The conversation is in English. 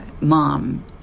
mom